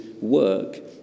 work